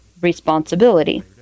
responsibility